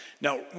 Now